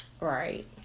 Right